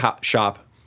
shop